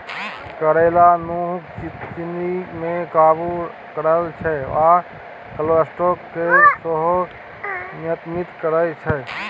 करेला खुनक चिन्नी केँ काबु करय छै आ कोलेस्ट्रोल केँ सेहो नियंत्रित करय छै